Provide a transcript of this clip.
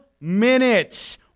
minutes